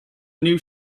new